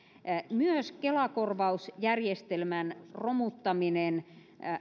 myös kela korvausjärjestelmän romuttaminen